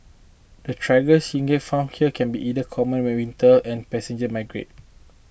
the Tiger Shrikes found here can be either common when winter and passage migrants